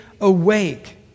awake